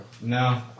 No